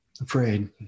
afraid